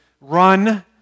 run